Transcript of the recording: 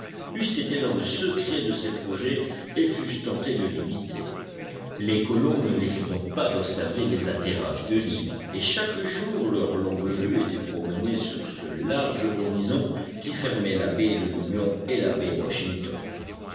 eussent été dans le secret de ses projets et fussent tentés de l'imiter les colons ne laissaient donc pas d'observer les atterrages de l'île et chaque jour leur longue-vue était promenée sur ce large horizon qui fermait la baie de l'union et la baie washington